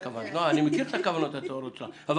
אני מכיר את הכוונות הטהורות שלך אבל